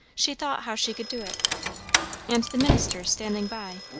she thought how she could do it and the minister, standing by,